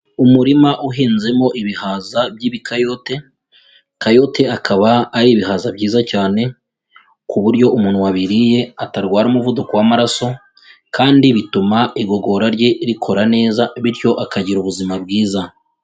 Umurima uhinzemo ibihaza by'ibikayote, kayote akaba ari ibihaza byiza cyane ku buryo umuntu wabiriye atarwara umuvuduko w'amaraso kandi bituma igogora rye rikora neza bityo akagira ubuzima bwiza.